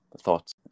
thoughts